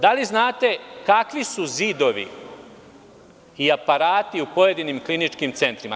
Da li znate kakvi su zidovi i aparati u pojedinim kliničkim centrima?